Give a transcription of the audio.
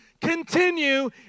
continue